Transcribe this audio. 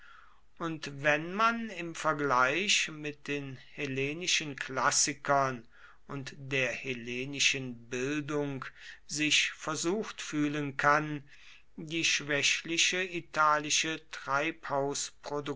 und wenn man im vergleich mit den hellenischen klassikern und der hellenischen bildung sich versucht fühlen kann die schwächliche italische